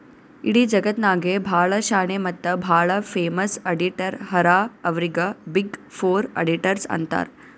ಇಡೀ ಜಗತ್ನಾಗೆ ಭಾಳ ಶಾಣೆ ಮತ್ತ ಭಾಳ ಫೇಮಸ್ ಅಡಿಟರ್ ಹರಾ ಅವ್ರಿಗ ಬಿಗ್ ಫೋರ್ ಅಡಿಟರ್ಸ್ ಅಂತಾರ್